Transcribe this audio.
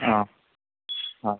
অঁ অঁ